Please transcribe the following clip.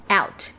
out 。